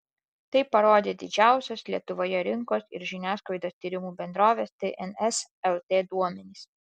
tai parodė didžiausios lietuvoje rinkos ir žiniasklaidos tyrimų bendrovės tns lt duomenys